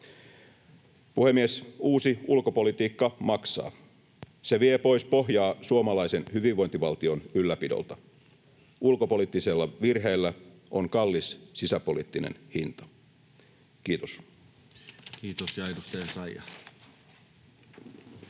Puhemies! Uusi ulkopolitiikka maksaa. Se vie pois pohjaa suomalaisen hyvinvointivaltion ylläpidolta. Ulkopoliittisilla virheillä on kallis sisäpoliittinen hinta. — Kiitos. [Speech